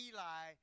Eli